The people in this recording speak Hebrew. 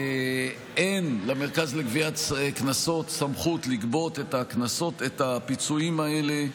אין למרכז לגביית קנסות סמכות לגבות את הפיצויים האלה.